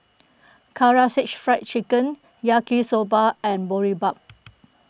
Karaage Fried Chicken Yaki Soba and Boribap